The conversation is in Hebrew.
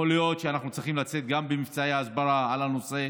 יכול להיות שאנחנו צריכים לצאת גם במבצעי הסברה על הנושא,